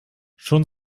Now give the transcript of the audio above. schon